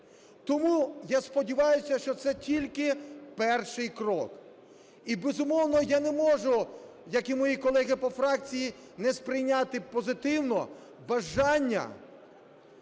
Тому я сподіваюся, що це тільки перший крок і, безумовно, я не можу, як і мої колеги по фракції, не сприйняти позитивно бажання